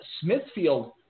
Smithfield